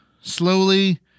Slowly